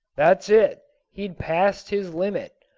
that's it he'd passed his limit.